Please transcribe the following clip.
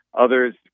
others